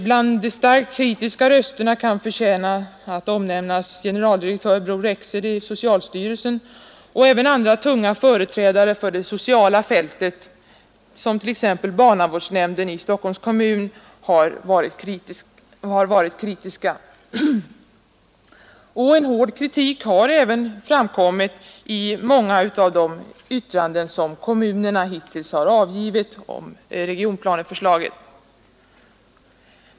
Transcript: Bland de starkt kritiska kan förtjäna nämnas generaldirektör Bror Rexed i socialstyrelsen; även andra tunga företrädare för det sociala fältet, t.ex. barnavårdsnämnden i Stockholm, har varit kritiska. En hård kritik har också framkommit i många av de yttranden som kommunerna hittills avgivit om regionplaneförslaget.